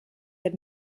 had